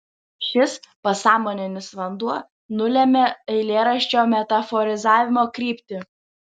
šis pasąmoninis vanduo nulemia eilėraščio metaforizavimo kryptį